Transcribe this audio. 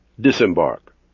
disembark